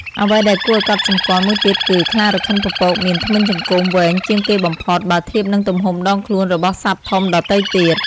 អ្វីដែលគួរឲ្យកត់សម្គាល់មួយទៀតគឺ ខ្លារខិនពពកមាន ធ្មេញចង្កូមវែងជាងគេបំផុត បើធៀបនឹងទំហំដងខ្លួនរបស់សត្វធំដទៃទៀត។